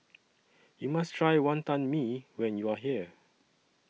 YOU must Try Wonton Mee when YOU Are here